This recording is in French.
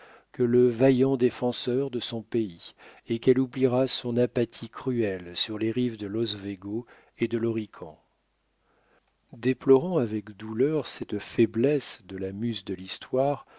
que le vaillant défenseur de son pays et qu'elle oubliera son apathie cruelle sur les rives de l'oswego et de l'horican déplorant avec douleur cette faiblesse de la muse de l'histoire